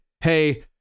hey